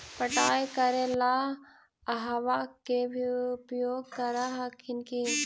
पटाय करे ला अहर्बा के भी उपयोग कर हखिन की?